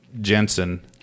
Jensen